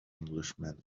englishman